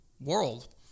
world